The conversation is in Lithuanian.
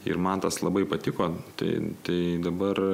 ir man tas labai patiko tai tai dabar